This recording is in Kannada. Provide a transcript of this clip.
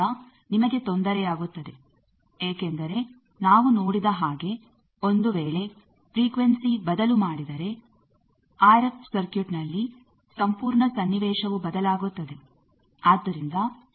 ಇದರಿಂದ ನಿಮಗೆ ತೊಂದರೆಯಾಗುತ್ತದೆ ಏಕೆಂದರೆ ನಾವು ನೋಡಿದ ಹಾಗೆ ಒಂದು ವೇಳೆ ಫ್ರಿಕ್ವೆನ್ಸಿ ಬದಲು ಮಾಡಿದರೆ ಆರ್ ಎಫ್ ಸರ್ಕಿಟ್ ನಲ್ಲಿ ಸಂಪೂರ್ಣ ಸನ್ನಿವೇಶವು ಬದಲಾಗುತ್ತದೆ